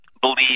believe